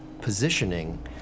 positioning